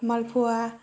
मालप'वा